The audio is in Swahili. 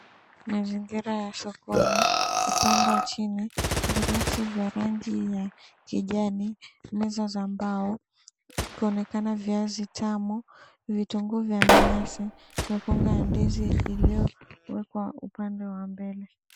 Mazingira ya sokoni upande wa chini vireti vya rangi ya kijani, meza za mbao kukionekana viazi tamu, vitunguu vya manyasi, mikonga ya ndizi iliyowekwa upande wa mbele.